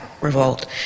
revolt